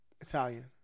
Italian